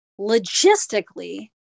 logistically